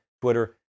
Twitter